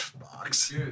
box